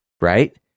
Right